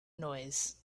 noise